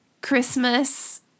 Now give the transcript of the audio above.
Christmas